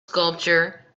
sculpture